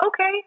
okay